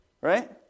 Right